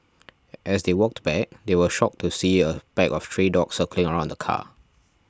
as they walked back they were shocked to see a pack of stray dogs circling around the car